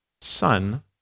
son